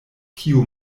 kiu